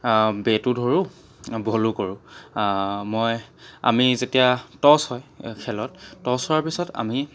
বেটো ধৰোঁ বলোঁ কৰোঁ মই আমি যেতিয়া টছ হয় খেলত টছ হোৱাৰ পিছত আমি